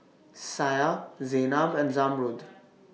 Syah Zaynab and Zamrud